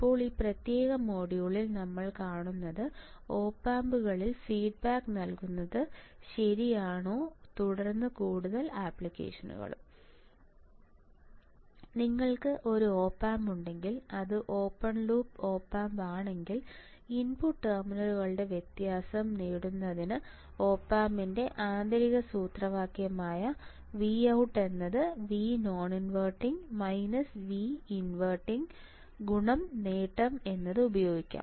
ഇപ്പോൾ ഈ പ്രത്യേക മൊഡ്യൂളിൽ നമ്മൾ കാണുന്നത് ഒപ് ആമ്പുകളിൽ ഫീഡ്ബാക്ക് നൽകുന്നത് ശരിയാണ് തുടർന്ന് കൂടുതൽ ആപ്ലിക്കേഷനുകളും നിങ്ങൾക്ക് ഒരു ഒപ് ആമ്പ് ഉണ്ടെങ്കിൽ അത് ഒരു ഓപ്പൺ ലൂപ്പ് ഒപ് ആമ്പാണെങ്കിൽ ഇൻപുട്ട് ടെർമിനലുകളുടെ വ്യത്യാസം നേടുന്നതിന് ഒപ് ആമ്പിന്റെ ആന്തരിക സൂത്രവാക്യം VoutVnoninverting -Vinvertingനേട്ടം എന്നത് ഉപയോഗിക്കാം